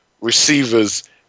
receivers